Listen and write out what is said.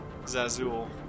Zazul